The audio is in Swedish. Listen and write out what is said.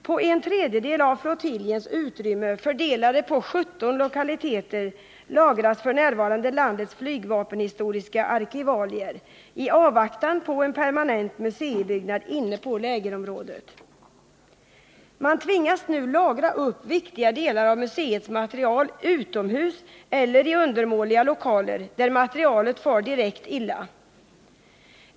På en tredjedel av flottiljens utrymme, fördelade på 17 lokaliteter, lagras f. n. landets flygvapenhistoriska arkivalier i avvaktan på en permanent museibyggnad inne på lägerområdet. Man tvingas nu lagra upp viktiga delar av museets material utomhus eller i undermåliga lokaler, där materialet far direkt illa.